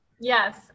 Yes